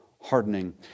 hardening